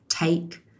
take